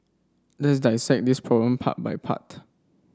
let's dissect this problem part by part